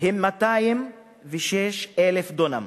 הוא 206,000 דונם.